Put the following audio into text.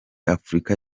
afurika